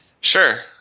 Sure